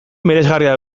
miresgarria